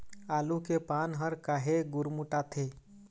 आलू के पान हर काहे गुरमुटाथे?